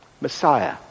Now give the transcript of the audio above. Messiah